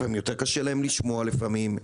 לפעמים יותר קשה להם לשמוע לפעמים,